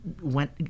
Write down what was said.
went